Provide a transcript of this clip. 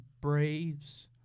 Braves